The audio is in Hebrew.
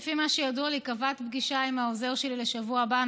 לפי מה שידוע לי קבעת פגישה עם העוזר שלי לשבוע הבא,